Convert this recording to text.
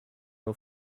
nur